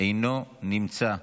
אינו נמצא.